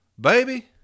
baby